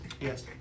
Yes